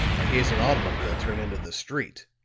i hears an automobile turn into the street.